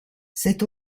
cet